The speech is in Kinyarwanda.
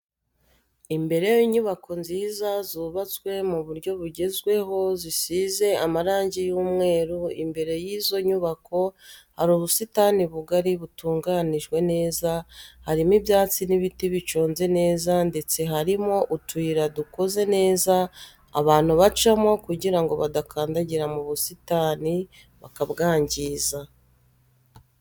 Imbere y'inyubako nziza zubatswe mu buryo bugezweho zisize amarangi y'umweru imbere y'izo nyubako hari ubusitani bugari butunganyijwe neza, harimo ibyatsi n'ibiti biconze neza ndetse harimo utuyira dukoze neza abantu bacamo kugirango badakandagira mu busitani bakabwangiza.